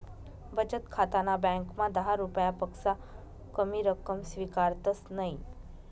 बचत खाताना ब्यांकमा दहा रुपयापक्सा कमी रक्कम स्वीकारतंस नयी